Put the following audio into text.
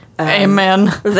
Amen